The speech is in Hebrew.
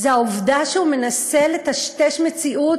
אלא לעובדה שהוא מנסה לטשטש מציאות,